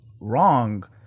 wrong